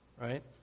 right